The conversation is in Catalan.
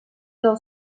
del